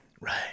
right